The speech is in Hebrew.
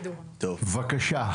בבקשה,